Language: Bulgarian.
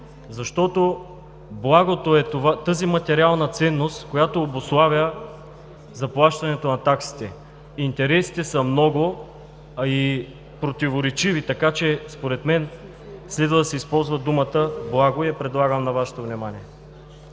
Защото „благото“ е тази материална ценност, която обуславя заплащането на таксите. Интересите са много, а и противоречиви. Така че според мен следва да се използва думата „благо“ и я предлагам на Вашето внимание.